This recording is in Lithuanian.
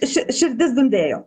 ši širdis dundėjo